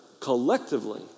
collectively